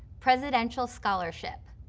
presidential scholarship.